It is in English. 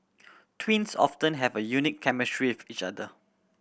twins often have a unique chemistry with each other